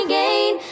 gain